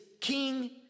king